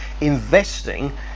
investing